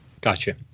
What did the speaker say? Gotcha